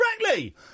correctly